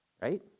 right